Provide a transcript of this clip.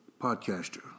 Podcaster